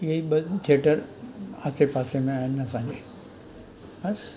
ईअं ई ॿ थिएटर आसे पासे में आहिनि असांजे बसि